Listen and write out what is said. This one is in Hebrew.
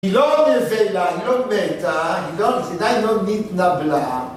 היא לא נבלה, היא לא מתה, היא עדיין לא נתנבלה.